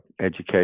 education